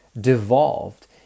devolved